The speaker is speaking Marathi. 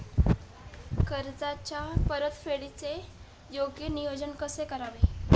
कर्जाच्या परतफेडीचे योग्य नियोजन कसे करावे?